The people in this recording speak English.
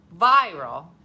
viral